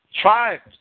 tribes